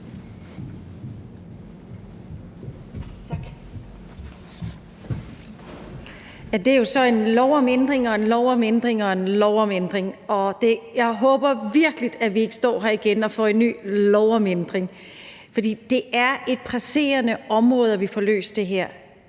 jo så en lov om ændring af en lov om ændring af en lov om ændring. Og jeg håber virkelig, at vi ikke står her igen og får en ny lov om ændring. For det er presserende, at vi på det her